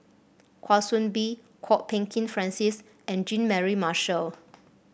Kwa Soon Bee Kwok Peng Kin Francis and Jean Mary Marshall